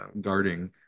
guarding